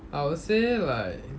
I would say like